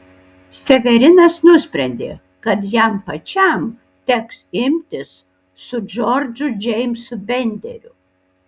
severinas nusprendė kad jam pačiam teks imtis su džordžu džeimsu benderiu